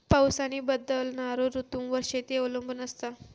पाऊस आणि बदलणारो ऋतूंवर शेती अवलंबून असता